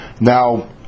Now